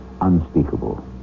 unspeakable